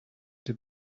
did